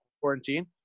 quarantine